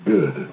Good